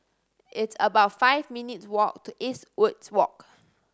it's about five minutes' walk to Eastwood Walk